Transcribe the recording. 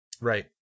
Right